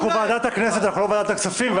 אנחנו ועדת הכנסת ולא ועדת הכספים.